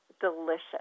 delicious